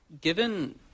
Given